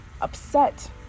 upset